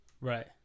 Right